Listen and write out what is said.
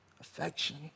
affection